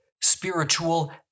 Spiritual